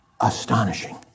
Astonishing